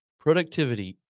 productivity